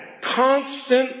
constant